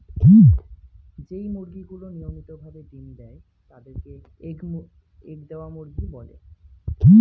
যেই মুরগিগুলি নিয়মিত ভাবে ডিম্ দেয় তাদের কে এগ দেওয়া মুরগি বলে